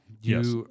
Yes